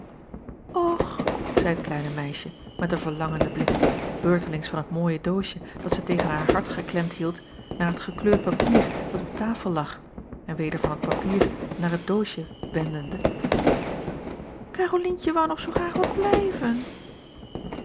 zeî het kleine meisje met een verlangenden blik beurtelings van het mooie doosje dat zij tegen haar hart geklemd hield naar het gekleurd papier dat op tafel lag en weder van het papier naar het doosje wendende karolientje woû nog zoo graag wat blijven